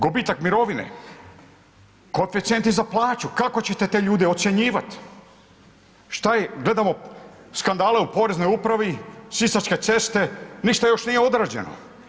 Gubitak mirovine, koeficijenti za plaću, kako ćete te ljude ocjenjivat, šta je, gledamo skandale u poreznoj upravi, sisačke ceste, ništa još nije odrađeno.